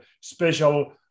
special